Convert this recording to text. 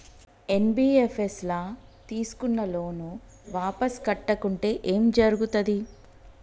NBFS ల తీస్కున్న loan వాపస్ కట్టకుంటే ఏం జర్గుతది?